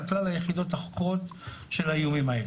כלל היחידות החוקרות של האיומים האלה.